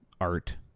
art